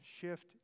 shift